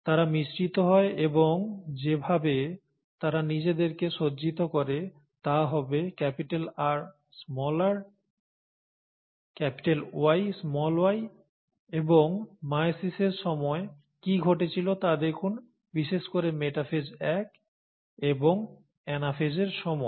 তারা মিশ্রিত হয় এবং যেভাবে তারা নিজেদেরকে সজ্জিত করে তা হবে Rr Yy এবং মায়োসিসের সময় কি ঘটেছিল তা দেখুন বিশেষ করে মেটাফেজ এক এবং অ্যানাফেজের সময়